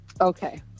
Okay